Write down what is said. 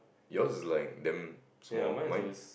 yours is like damn small mine